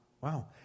Wow